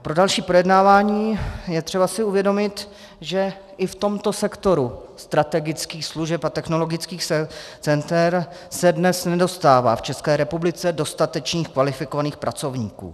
Pro další projednávání je třeba si uvědomit, že i v tomto sektoru strategických služeb a technologických center se dnes nedostává v České republice dostatečných kvalifikovaných pracovníků.